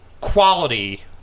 quality